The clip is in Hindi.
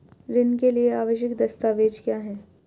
ऋण के लिए आवश्यक दस्तावेज क्या हैं?